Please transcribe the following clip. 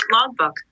Logbook